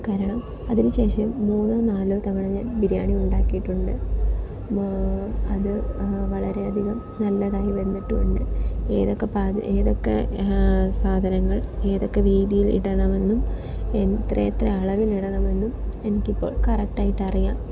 കാരണം അതിന് ശേഷം മൂന്നോ നാലോ തവണ ഞാൻ ബിരിയാണി ഉണ്ടാക്കിയിട്ടുണ്ട് അപ്പോൾ അത് വളരെ അധികം നല്ലതായി വന്നിട്ടുമുണ്ട് ഏതൊക്കെ ഏതൊക്കെ സാധനങ്ങൾ ഏതൊക്കെ രീതിയിലിടണമെന്നും എത്രയെത്ര അളവിലിടണമെന്നും എനിക്കിപ്പോൾ കറക്റ്റ് ആയിട്ട് അറിയാം